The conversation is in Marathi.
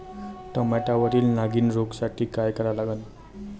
टमाट्यावरील नागीण रोगसाठी काय करा लागन?